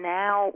now